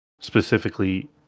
specifically